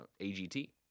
AGT